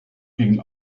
gegen